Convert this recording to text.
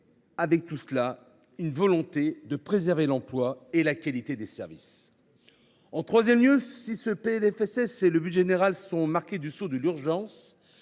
marqués par une volonté de préserver l’emploi et la qualité des services. En troisième lieu, si ce PLFSS et le budget général sont marqués du sceau de l’urgence,